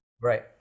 Right